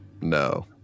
No